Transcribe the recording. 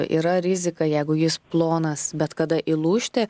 yra rizika jeigu jis plonas bet kada įlūžti